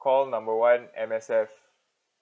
call number one M_S_F